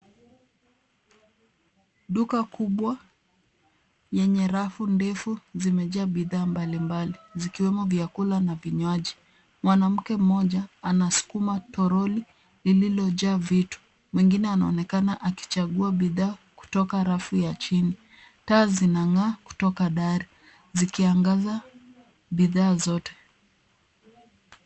Duka kubwa yenye rafu ndefu zimejaa bidhaa mbalimbali zikiwemo vyakula na vinywaji. Mwanamke mmoja anasukuma toroli lililojaa vitu. Mwingine anaonekana akichagua bidhaa kutoka rafu ya chini. Taa zinang'aa kutoka dari zikiangaza bidhaa zote.